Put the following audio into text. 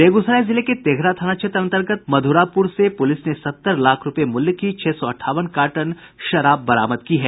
बेगूसराय जिले के तेघड़ा थाना क्षेत्र अंतर्गत मध्रापुर से पुलिस ने सत्तर लाख रूपये मूल्य की छह सौ अठावन कार्टन शराब बरामद की है